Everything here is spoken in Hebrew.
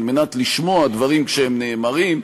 כדי לשמוע דברים כשהם נאמרים,